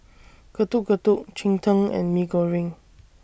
Getuk Getuk Cheng Tng and Mee Goreng